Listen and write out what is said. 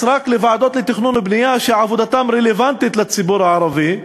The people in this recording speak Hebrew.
רק לוועדות תכנון ובנייה שעבודתן רלוונטית לציבור הערבי,